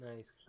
Nice